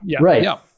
Right